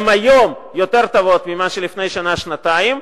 הן היום יותר טובות ממה שהיו לפני שנה-שנתיים,